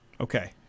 Okay